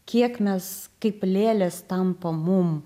kiek mes kaip lėlės tampa mum